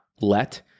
let